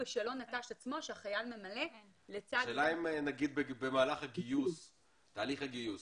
השאלה אם בתהליך הגיוס